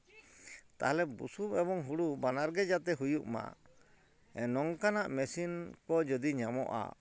ᱛᱟᱦᱞᱮ ᱵᱩᱥᱩᱵ ᱮᱵᱚᱝ ᱦᱩᱲᱩ ᱵᱟᱱᱟᱨ ᱜᱮ ᱡᱟᱛᱮ ᱦᱩᱭᱩᱜᱼᱢᱟ ᱱᱚᱝᱠᱟᱱᱟᱜ ᱢᱮᱥᱤᱱ ᱠᱚ ᱡᱩᱫᱤ ᱧᱟᱢᱚᱜᱼᱟ